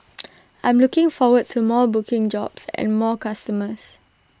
I'm looking forward to more booking jobs and more customers